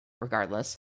regardless